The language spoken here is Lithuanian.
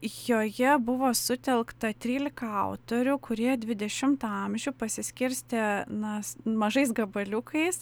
joje buvo sutelkta trylika autorių kurie dvidešimtą amžių pasiskirstė nas mažais gabaliukais